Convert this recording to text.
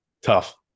Tough